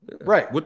Right